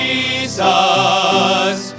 Jesus